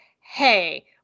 Hey